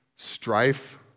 strife